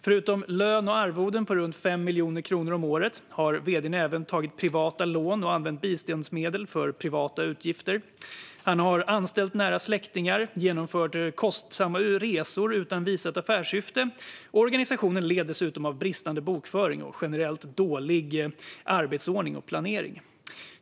Förutom lön och arvoden på runt 5 miljoner kronor om året har vd:n även tagit privata lån och använt biståndsmedel för privata utgifter, anställt nära släktingar och genomfört kostsamma resor utan visat affärssyfte. Organisationen led dessutom av bristande bokföring och generellt dålig arbetsordning och planering.